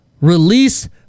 Release